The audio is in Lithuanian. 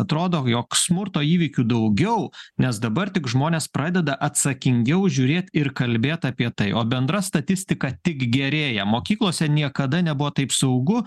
atrodo jog smurto įvykių daugiau nes dabar tik žmonės pradeda atsakingiau žiūrėt ir kalbėt apie tai o bendra statistika tik gerėja mokyklose niekada nebuvo taip saugu